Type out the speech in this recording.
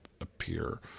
appear